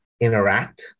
interact